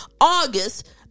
August